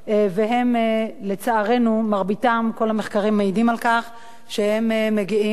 לצערנו, מרבית הקטינים והקטינות שנישאים